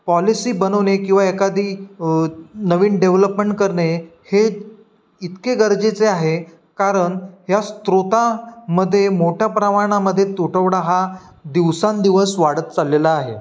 policy बनवणे किंवा एखादी नवीन डेव्हलपमेंट करणे हे इतके गरजेचे आहे कारण ह्या स्त्रोतामध्ये मोठ्या प्रमाणामध्ये तुटवडा हा दिवसेंदिवस वाढत चाललेला आहे